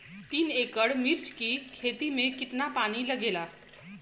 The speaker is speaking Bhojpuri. तीन एकड़ मिर्च की खेती में कितना पानी लागेला?